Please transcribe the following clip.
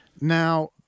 Now